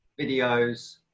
videos